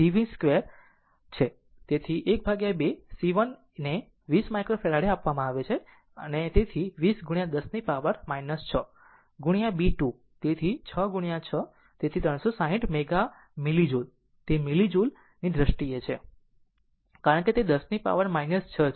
તેથી 12 c 1 ને 20 માઇક્રોફેરાડે આપવામાં આવે છે તેથી 20 10 ને પાવર 6 b 2 તેથી 6 6 તેથી 360 મેગ મીલી જૂલ તે મિલી જૂલ ની દ્રષ્ટિએ છે કારણ કે 10 ની પાવર 6 છે